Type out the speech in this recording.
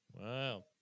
Wow